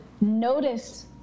notice